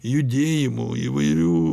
judėjimų įvairių